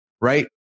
right